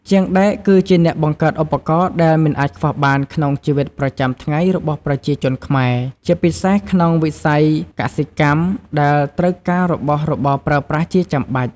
ជាងដែកគឺជាអ្នកបង្កើតឧបករណ៍ដែលមិនអាចខ្វះបានក្នុងជីវិតប្រចាំថ្ងៃរបស់ប្រជាជនខ្មែរ ជាពិសេសក្នុងវិស័យកសិកម្ម ដែលត្រូវការរបស់របរប្រើប្រាស់ជាចាំបាច់។